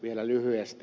vielä lyhyesti